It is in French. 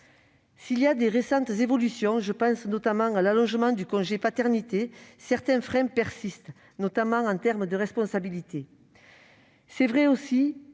S'il y a eu de récentes évolutions- je pense notamment à l'allongement du congé paternité -, certains freins persistent, notamment en matière de responsabilités. C'est vrai aussi